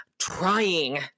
trying